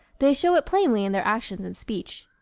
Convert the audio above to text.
they show it plainly in their actions and speech.